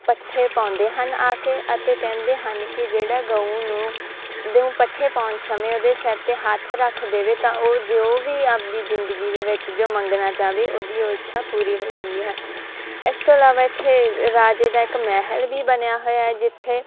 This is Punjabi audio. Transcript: ਪੱਠੇ ਪਾਉਂਦੇ ਹਨ ਆ ਕੇ ਅਤੇ ਕਹਿੰਦੇ ਹਨ ਕਿ ਜਿਹੜਾ ਗਊ ਨੂੰ ਦਊ ਪੱਠੇ ਪਾਉਣ ਸਮੇਂ ਉਹਦੇ ਸਿਰ 'ਤੇ ਹੱਥ ਰੱਖ ਦੇਵੇ ਤਾਂ ਉਹ ਜੋ ਵੀ ਆਪਦੀ ਜ਼ਿੰਦਗੀ ਦੇ ਵਿੱਚ ਜੋ ਮੰਗਣਾ ਚਾਹਵੇ ਉਹਦੀ ਉਹ ਇੱਛਾ ਪੂਰੀ ਹੋ ਜਾਂਦੀ ਹੈ ਇਸ ਤੋਂ ਇਲਾਵਾ ਇੱਥੇ ਰਾਜੇ ਦਾ ਇੱਕ ਮਹਿਲ ਵੀ ਬਣਿਆ ਹੋਇਆ ਜਿੱਥੇ